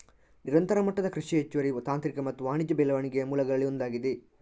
ನಿರಂತರ ಮಟ್ಟದ ಕೃಷಿ ಹೆಚ್ಚುವರಿ ತಾಂತ್ರಿಕ ಮತ್ತು ವಾಣಿಜ್ಯ ಬೆಳವಣಿಗೆಯ ಮೂಲಗಳಲ್ಲಿ ಒಂದಾಗಿದೆ